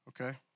okay